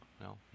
no